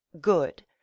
good